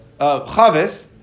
chavis